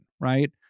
right